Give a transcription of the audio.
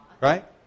right